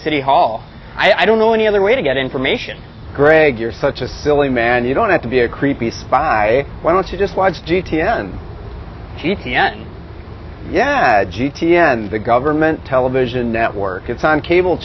city hall i don't know any other way to get information greg you're such a silly man you don't have to be a creepy spy why don't you just watch g t n t t n yeah g t n the government television network it's on cable